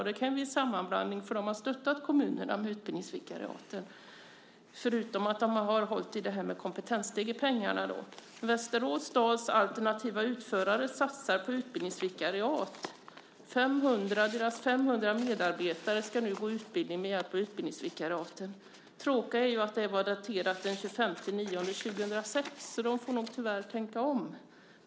Och det kan bli en sammanblandning eftersom man har stöttat kommunerna med utbildningsvikariaten förutom att man har hållit i pengarna för Kompetensstegen. Västerås stads alternativa utförare satsar på utbildningsvikariat. Deras 500 medarbetare ska nu gå en utbildning med hjälp av utbildningsvikariat. Det tråkiga är att detta var daterat den 25 september 2006. Så de får nog tyvärr tänka om.